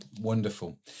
wonderful